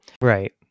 right